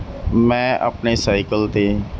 ਮੈਂ ਆਪਣੇ ਸਾਈਕਲ 'ਤੇ